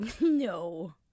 No